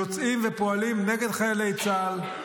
יוצאים ופועלים נגד חיילי צה"ל,